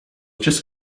just